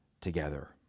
together